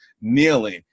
kneeling